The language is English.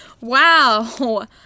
Wow